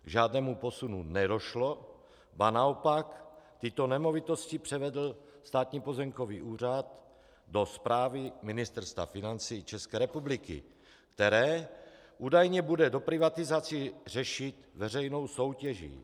K žádnému posunu nedošlo, ba naopak tyto nemovitosti převedl Státní pozemkový úřad do správy Ministerstva financí České republiky, které údajně bude doprivatizaci řešit veřejnou soutěží.